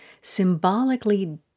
symbolically